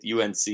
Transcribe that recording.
UNC –